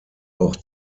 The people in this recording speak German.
auch